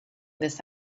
this